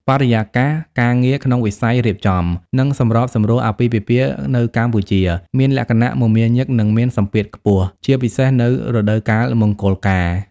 បរិយាកាសការងារក្នុងវិស័យរៀបចំ និងសម្របសម្រួលអាពាហ៍ពិពាហ៍នៅកម្ពុជាមានលក្ខណៈ មមាញឹក និងមានសម្ពាធខ្ពស់ ជាពិសេសនៅរដូវកាលមង្គលការ។